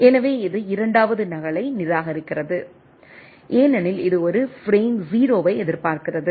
எனவே இது இரண்டாவது நகலை நிராகரிக்கிறது ஏனெனில் இது ஒரு பிரேம் 0 ஐ எதிர்பார்க்கிறது